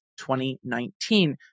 2019